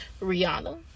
Rihanna